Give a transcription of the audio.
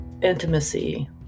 intimacy